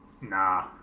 Nah